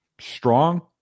strong